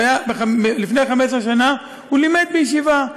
לפני 15 שנה הוא לימד בישיבה.